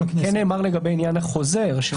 נאמר לגבי עניין החוזר.